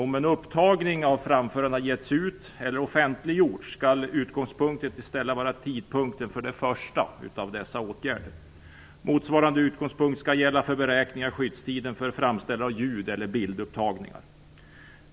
Om en upptagning av framförandet har getts ut eller offentliggjorts, skall utgångspunkten i stället vara tidpunkten för den första av dessa åtgärder. Motsvarande utgångspunkt skall gälla för beräkningen av skyddstiden för framställande av ljud eller bildupptagningar.